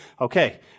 Okay